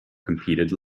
competed